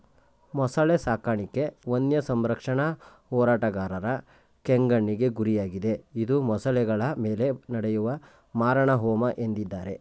ಮೊಸಳೆ ಸಾಕಾಣಿಕೆ ವನ್ಯಸಂರಕ್ಷಣಾ ಹೋರಾಟಗಾರರ ಕೆಂಗಣ್ಣಿಗೆ ಗುರಿಯಾಗಿದೆ ಇದು ಮೊಸಳೆಗಳ ಮೇಲೆ ನಡೆಯುವ ಮಾರಣಹೋಮ ಎಂದಿದ್ದಾರೆ